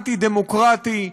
אנטי-דמוקרטי,